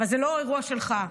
זה לא אירוע שלך,